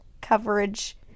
coverage